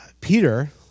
Peter